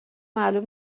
معلوم